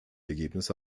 ergebnisse